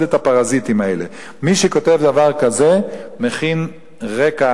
את הפרזיטים האלה" מי שכותב דבר כזה מכין רקע,